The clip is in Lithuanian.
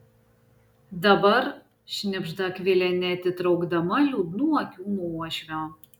dabar šnibžda akvilė neatitraukdama liūdnų akių nuo uošvio